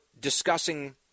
discussing